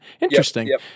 Interesting